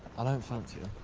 i don't fancy her.